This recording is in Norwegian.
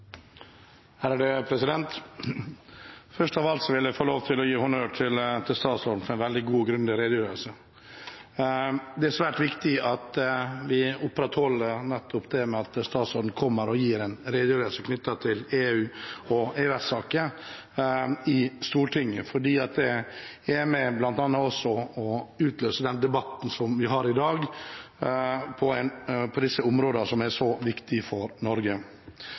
Først av alt vil jeg få lov til å gi honnør til statsråden for en veldig god og grundig redegjørelse. Det er svært viktig at vi opprettholder nettopp dette med at statsråden kommer og gir en redegjørelse knyttet til EU- og EØS-saker i Stortinget, fordi det også er med på bl.a. å utløse den debatten vi har i dag på disse områdene som er så viktige for Norge.